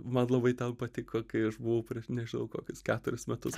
man labai ten patiko kai aš buvau prieš nežinau kokius keturis metus